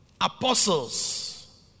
apostles